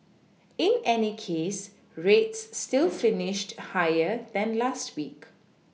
in any case rates still finished higher than last week